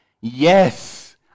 yes